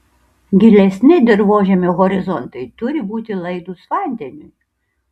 gilesni dirvožemio horizontai turi būti laidūs vandeniui